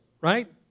Right